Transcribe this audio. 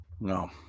No